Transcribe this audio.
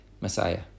Messiah